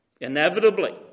inevitably